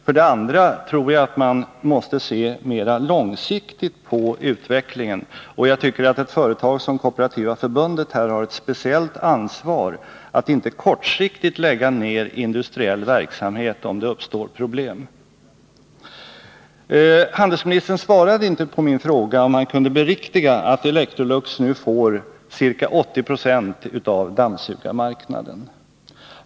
För det andra tror jag att man måste se långsiktigt på utvecklingen, och jag tycker att ett företag som Kooperativa förbundet har ett speciellt ansvar att inte kortsiktigt lägga ner industriell verksamhet, om det uppstår problem. Handelsministern svarade inte på min fråga, om han kunde bekräfta att Electrolux nu får ca 80 96 av dammsugarmarknaden.